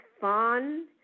fun